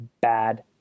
bad